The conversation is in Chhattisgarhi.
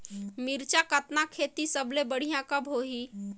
मिरचा कतना खेती सबले बढ़िया कब होही?